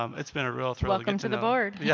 um it's been a real thrill welcome to the board yeah